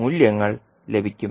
മൂല്യങ്ങൾ ലഭിക്കും